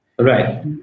Right